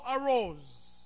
arose